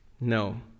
No